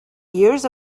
years